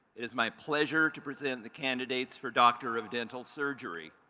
is my pleasure to present the candidates for doctor of dental surgery.